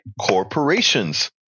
corporations